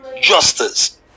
justice